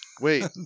Wait